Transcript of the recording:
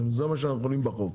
זה מה שאנחנו יכולים בחוק.